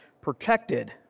protected